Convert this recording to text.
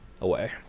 away